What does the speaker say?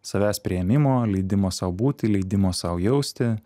savęs priėmimo leidimo sau būti leidimo sau jausti